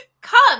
Come